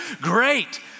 great